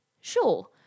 sure